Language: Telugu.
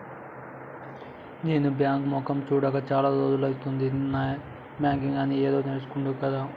నేను బాంకు మొకేయ్ సూడక చాల రోజులైతంది, నెట్ బాంకింగ్ అని ఏదో నేర్పించిండ్రు గదా